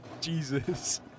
Jesus